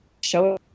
show